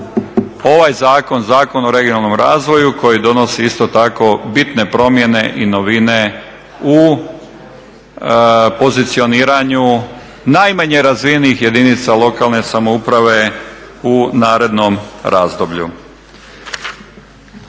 ovaj zakon, Zakon o regionalnom razvoju koji donosi isto tako bitne promjene i novine u pozicioniranju najmanje razvijenih jedinica lokalne samouprave u narednom razdoblju.